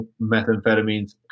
methamphetamines